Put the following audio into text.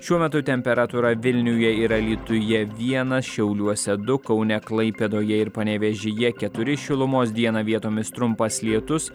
šiuo metu temperatūra vilniuje ir alytuje vienas šiauliuose du kaune klaipėdoje ir panevėžyje keturi šilumos dieną vietomis trumpas lietus